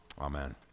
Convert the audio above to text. Amen